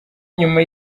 nyuma